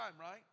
right